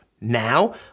now